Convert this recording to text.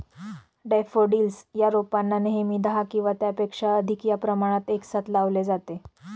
daffodils च्या रोपांना नेहमी दहा किंवा त्यापेक्षा अधिक या प्रमाणात एकसाथ लावले जाते